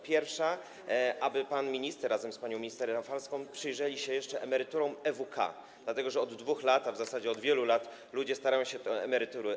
Pierwsza, aby pan premier razem z panią minister Rafalską przyjrzeli się jeszcze emeryturom EWK, dlatego że od 2 lat, a w zasadzie od wielu lat ludzie starają się o emerytury